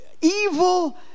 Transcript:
evil